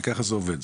וככה זה עובד,